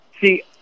see